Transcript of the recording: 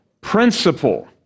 principle